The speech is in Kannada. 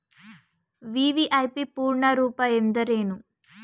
ವಿ.ವಿ.ಐ.ಪಿ ಪೂರ್ಣ ರೂಪ ಎಂದರೇನು?